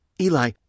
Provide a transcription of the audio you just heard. Eli